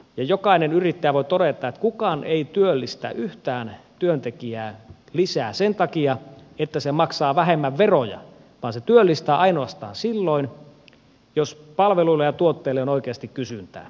jokainen yrittäjä voi todeta että kukaan ei työllistä yhtään työntekijää lisää sen takia että se maksaa vähemmän veroja vaan se työllistää ainoastaan silloin jos palveluille ja tuotteille on oikeasti kysyntää